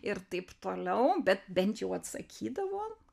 ir taip toliau bet bent jau atsakydavo